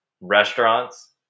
Restaurants